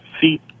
feet